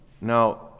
Now